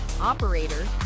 operator